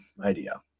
idea